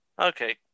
Okay